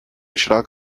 should